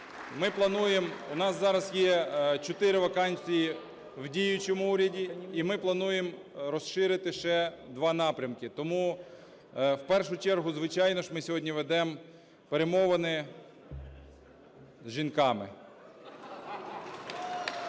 У нас зараз є чотири вакансії в діючому уряді. І ми плануємо розширити ще два напрямки. Тому в першу чергу, звичайно ж, ми сьогодні ведемо перемовини з жінками.